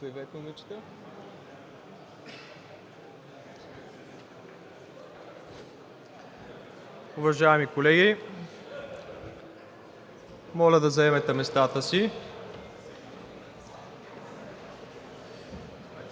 Уважаеми колеги, моля, заемете местата си!